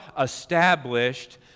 established